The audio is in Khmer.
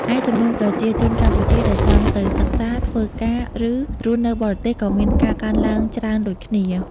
ឯ ចំនួនប្រជាជនកម្ពុជាដែលចង់ទៅសិក្សា ធ្វើការ ឬរស់នៅបរទេសក៏មានការកើនឡើងច្រើនដូចគ្នា។